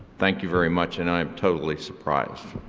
thank you very much and i am totally surprised.